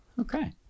Okay